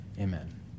Amen